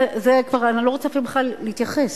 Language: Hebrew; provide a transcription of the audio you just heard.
לזה אני בכלל לא רוצה להתייחס.